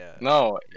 No